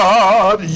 God